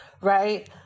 right